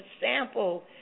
sample